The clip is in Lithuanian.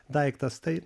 daiktas tai